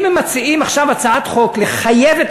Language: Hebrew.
אם הן מציעות עכשיו הצעת חוק לחייב את